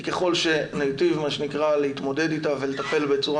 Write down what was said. כי ככל שניטיב מה שנקרא להתמודד איתה ולטפל בצורה